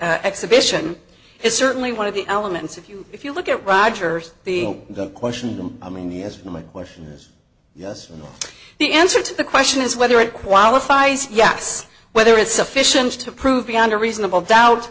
the exhibition is certainly one of the elements if you if you look at roger's the question i mean yes my question is yes the answer to the question is whether it qualifies yes whether it's sufficient to prove beyond a reasonable doubt